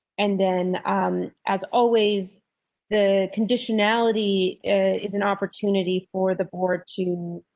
and then as always the conditionalities is an opportunity for the board to.